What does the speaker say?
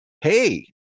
hey